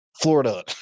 Florida